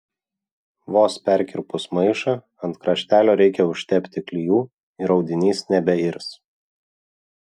vos perkirpus maišą ant kraštelio reikia užtepti klijų ir audinys nebeirs